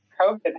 COVID